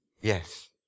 yes